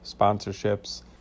sponsorships